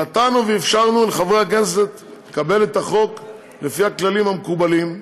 נתנו ואפשרנו לחברי הכנסת לקבל את החוק לפי הכללים המקובלים,